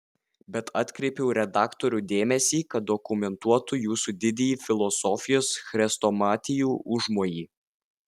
bet atkreipiau redaktorių dėmesį kad dokumentuotų jūsų didįjį filosofijos chrestomatijų užmojį